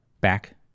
back